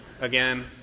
again